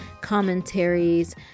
commentaries